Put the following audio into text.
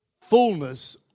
fullness